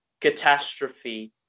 catastrophe